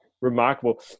remarkable